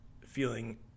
feeling